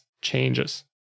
changes